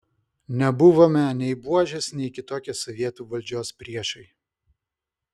nebuvome nei buožės nei kitokie sovietų valdžios priešai